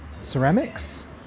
ceramics